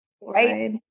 Right